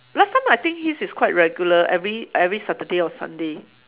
last time I think his is quite regular every every Saturday or Sunday